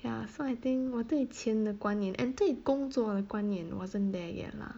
ya so I think 我对钱的观念 and 对工作的观念 wasn't there yet lah